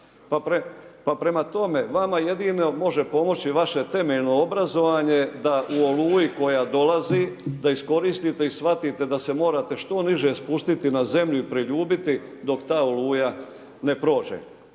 Pa prema tome vama jedino može pomoći vaše temeljno obrazovanje da u oluji koja dolazi da iskoristite i shvatite da se morate što niže spustiti na zemlju i priljubiti dok ta oluja ne prođe.